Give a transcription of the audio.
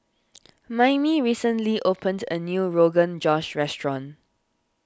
Maymie recently opened a new Rogan Josh restaurant